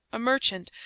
a merchant,